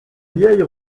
vieille